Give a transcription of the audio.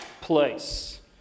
Place